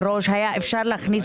אתה צריך לדרוש ותקבל אבל אתה לא דורש.